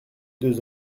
deux